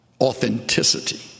Authenticity